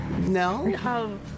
No